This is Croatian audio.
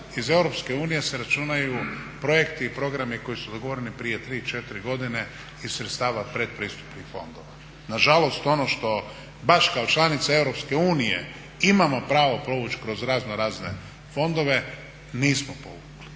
unije se računaju projekti i programi koji su dogovoreni prije 3 i 4 godine iz sredstava od predpristupnih fondova. Nažalost, ono što baš kao članica Europske unije imamo pravo provuć' kroz raznorazne fondove nismo povukli.